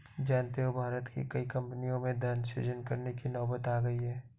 जानते हो भारत की कई कम्पनियों में धन सृजन करने की नौबत आ गई है